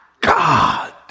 God